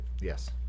Yes